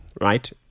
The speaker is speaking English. right